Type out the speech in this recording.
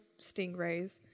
stingrays